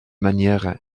manière